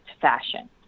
fashion